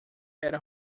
era